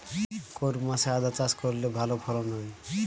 কোন মাসে আদা চাষ করলে ভালো ফলন হয়?